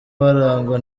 barangwa